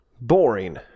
Boring